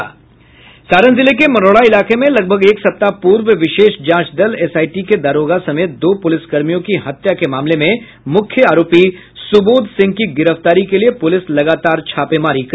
सारण जिले के मढ़ौरा इलाके में लगभग एक सप्ताह पूर्व विशेष जांच दल एसआईटी के दारोगा समेत दो पुलिसकर्मियों की हत्या के मामले में मुख्य आरोपी सुबोध सिंह की गिरफ्तारी के लिए पुलिस लगातार छापेमारी कर रही है